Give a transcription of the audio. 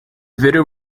video